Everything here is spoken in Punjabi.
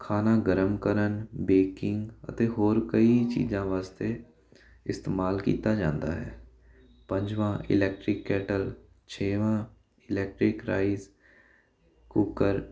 ਖਾਣਾ ਗਰਮ ਕਰਨ ਬੇਕਿੰਗ ਅਤੇ ਹੋਰ ਕਈ ਚੀਜ਼ਾਂ ਵਾਸਤੇ ਇਸਤੇਮਾਲ ਕੀਤਾ ਜਾਂਦਾ ਹੈ ਪੰਜਵਾਂ ਇਲੈਕਟ੍ਰਿਕ ਕੈਟਲ ਛੇਵਾਂ ਇਲੈਕਟ੍ਰਿਕ ਕਰਾਈਜ ਕੁਕਰ